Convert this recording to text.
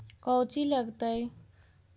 कौची लगतय?